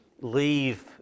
leave